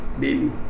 Daily